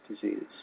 disease